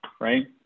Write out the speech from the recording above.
right